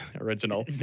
original